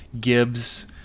Gibbs